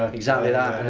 ah exactly that.